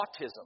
autism